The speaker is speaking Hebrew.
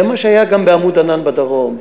זה מה שהיה גם ב"עמוד ענן" בדרום.